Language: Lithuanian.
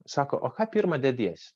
sako o ką pirmą dediesi